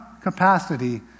capacity